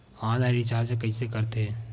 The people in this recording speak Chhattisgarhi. ऑनलाइन रिचार्ज कइसे करथे?